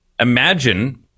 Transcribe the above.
imagine